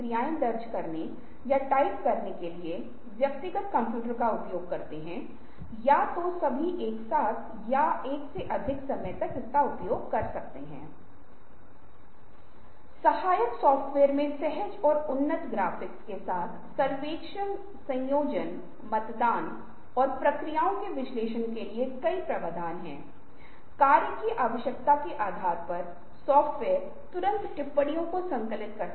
इसलिए यहाँ कुछ संदर्भ मैं स्लाइड्स में कुछ और साझा करूँगा और मुझे लग रहा है कि यह कुछ ऊपर है हमने अब तक जो कुछ किया है हमने रचनात्मकता की मूल अवधारणा को देखा है हमने रचनात्मकता के सिद्धांतों को देखा है हमने कुछ बुनियादी काम जो क्या करे और क्या ना करे पर भी ध्यान दिया है और हमने स्वयं कुछ टूल्स आजमाए हैं हम अब पांच या छह उपकरणों के बारे में जानते हैं और यदि आप गुग्लिंग शुरू करते हैं तो आप पाएंगे कि सैकड़ों उपकरण अंतर उपकरण उपलब्ध हैं